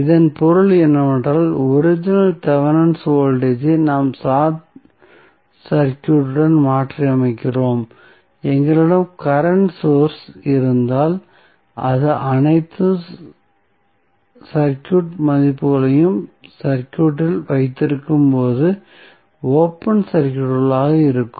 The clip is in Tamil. இதன் பொருள் என்னவென்றால் ஒரிஜினல் தெவெனின் வோல்டேஜ் ஐ நாம் ஷார்ட் சர்க்யூட்டுடன் மாற்றியமைக்கிறோம் எங்களிடம் கரண்ட் சோர்ஸ் இருந்தால் அது அனைத்து சர்க்யூட் மதிப்புகளையும் சர்க்யூட்டில் வைத்திருக்கும்போது ஓபன் சர்க்யூட்களாக இருக்கும்